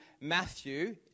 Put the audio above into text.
Matthew